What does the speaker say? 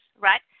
right